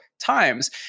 times